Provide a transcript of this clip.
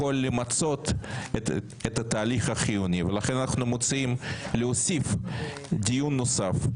למצות את התהליך החיוני ולכן אנחנו מציעים להוסיף דיון נוסף.